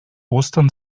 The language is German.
ostern